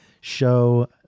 show